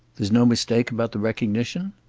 there's no mistake about the recognition?